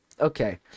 okay